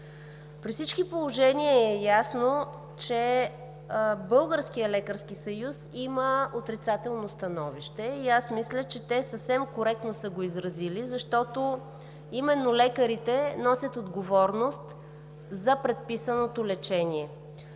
При всички положения е ясно, че Българският лекарски съюз има отрицателно становище, и аз мисля, че те съвсем коректно са го изразили, защото именно лекарите носят отговорност за предписаното лечение.